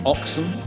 Oxen